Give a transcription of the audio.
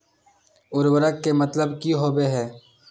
उर्वरक के मतलब की होबे है?